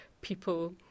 people